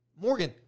Morgan